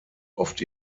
oft